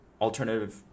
alternative